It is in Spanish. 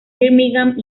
birmingham